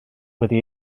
wedi